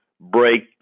break